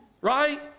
Right